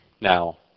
now